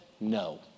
no